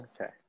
Okay